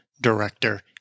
director